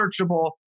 searchable